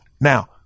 Now